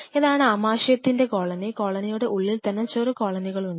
ഇതാണ് ആമാശയത്തിത്തിന്റെ കോളനി കോളനിയുടെ ഉള്ളിൽ തന്നെ ചെറു കോളനികൾ ഉണ്ട്